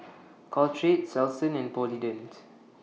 Caltrate Selsun and Polident